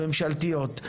הממשלתיות,